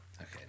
Okay